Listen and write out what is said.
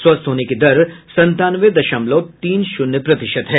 स्वस्थ होने की दर संतानवे दशमलव तीन शून्य प्रतिशत है